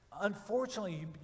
unfortunately